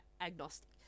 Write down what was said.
agnostic